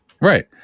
right